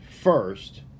first